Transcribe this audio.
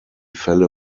fälle